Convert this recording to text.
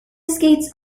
skates